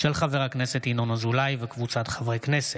של חבר הכנסת ינון אזולאי וקבוצת חברי הכנסת,